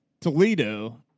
Toledo